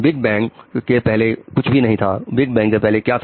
big bang के पहले कुछ भी नहीं था बिग बैंक के पहले क्या था